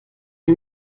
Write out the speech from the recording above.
mir